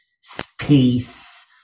space